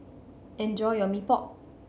enjoy your Mee Pok